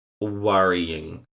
worrying